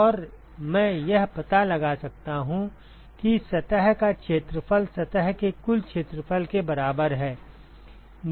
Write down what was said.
और मैं यह पता लगा सकता हूं कि सतह का क्षेत्रफल सतह के कुल क्षेत्रफल के बराबर है